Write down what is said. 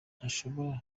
ntashobora